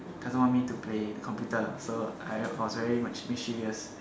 she doesn't want me to play the computer so I was very much mischievous